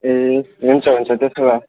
ए हुन्छ हुन्छ त्यसो भए